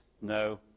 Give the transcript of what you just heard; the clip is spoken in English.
no